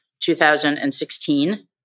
2016